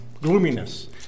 gloominess